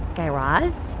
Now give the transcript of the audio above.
guy raz,